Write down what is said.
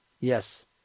yes